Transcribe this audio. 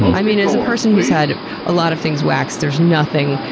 i mean, as a person who's had a lot of things waxed there's nothing.